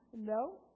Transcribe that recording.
No